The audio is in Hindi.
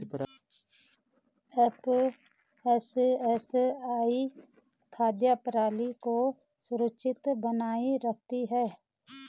एफ.एस.एस.ए.आई खाद्य प्रणाली को सुरक्षित बनाए रखती है